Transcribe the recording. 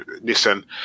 listen